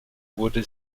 wurde